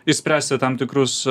išspręsti tam tikrus